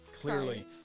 clearly